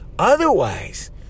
Otherwise